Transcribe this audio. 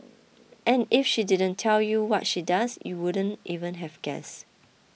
and if she didn't tell you what she does you wouldn't even have guessed